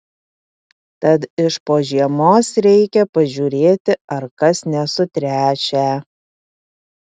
tad iš po žiemos reikia pažiūrėti ar kas nesutręšę